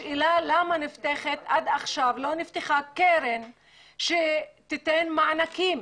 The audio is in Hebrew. השאלה היא למה עד עכשיו לא נפתחה קרן שתיתן מענקים?